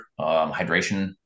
hydration